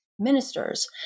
ministers